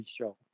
show